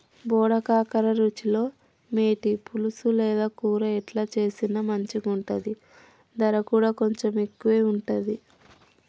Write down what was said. బోడ కాకర రుచిలో మేటి, పులుసు లేదా కూర ఎట్లా చేసిన మంచిగుంటది, దర కూడా కొంచెం ఎక్కువే ఉంటది